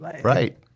Right